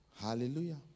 hallelujah